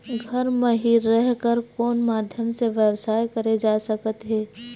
घर म हि रह कर कोन माध्यम से व्यवसाय करे जा सकत हे?